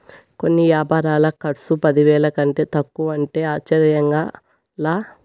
కొన్ని యాపారాల కర్సు పదివేల కంటే తక్కువంటే ఆశ్చర్యంగా లా